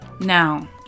now